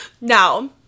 now